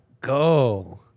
go